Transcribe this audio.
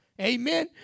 Amen